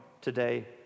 today